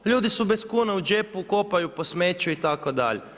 Ljudi su bez kune u džepu, kopaju po smeću itd.